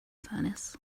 furnace